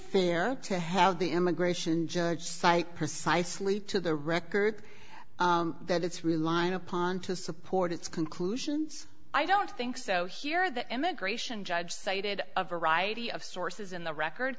fair to have the immigration judge cite precisely to the record that it's relying upon to support its conclusions i don't think so here the immigration judge cited a variety of sources in the record